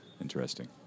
Interesting